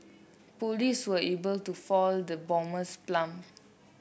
police were able to foil the bomber's plan